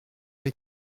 les